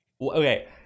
Okay